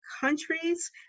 Countries